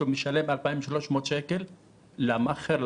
והוא משלם 2,300 שקל למאכער,